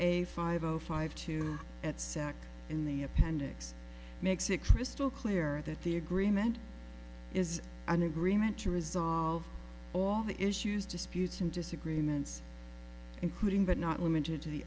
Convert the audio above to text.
a five zero five two at sac in the appendix makes it crystal clear that the agreement is an agreement to resolve all the issues disputes and disagreements including but not limited to the